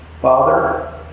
Father